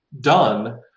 done